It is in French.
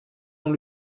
dans